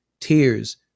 tears